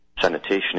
sanitation